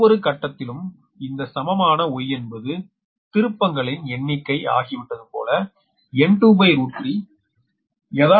ஒவ்வொரு கட்டத்திலும் இந்த சமமான Y என்பது திருப்பங்களின் எண்ணிக்கை ஆகிவிட்டது போல N23